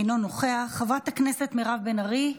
אינו נוכח, חברת הכנסת מירב בן ארי,